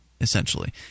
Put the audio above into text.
essentially